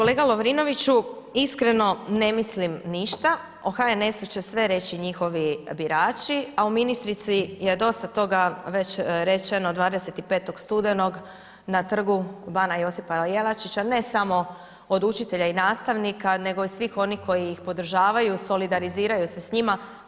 Kolega Lovrinoviću, iskreno ne mislim ništa, o HNS-u će sve reći njihovi birači, a o ministrici je dosta toga već rečeno 25. studenog na Trgu bana J.Jelačića, ne samo od učitelja i nastavnika nego i svih onih koji ih podržavaju, solidariziraju se s njima.